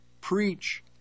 preach